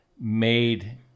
made